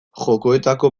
jokoetako